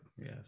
Yes